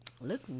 look